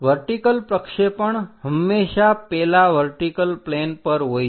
vertical પ્રક્ષેપણ હંમેશા પેલા વર્ટિકલ પ્લેન પર હોય છે